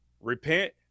repent